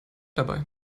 dabei